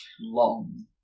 long